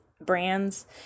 brands